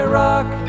rock